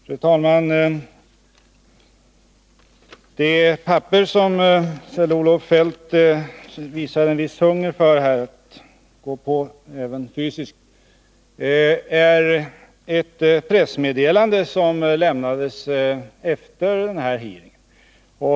Fru talman! Det papper som Kjell-Olof Feldt visade en viss hunger för — även fysiskt sett — är ett pressmeddelande som lämnades efter hearingen.